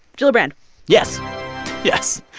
gillibrand yes yes.